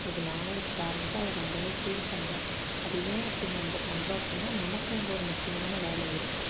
இன்னைக்கு நானும் ஒரு பேரண்ட்டாக அதை ரொம்பவே ஃபீல் பண்ணுறேன் அது ஏன் அப்படி நம்ம பண்ணுறோம் அப்படின்னா நமக்கு அங்கே ஒரு முக்கியமான வேலை இருக்கும்